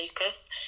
Lucas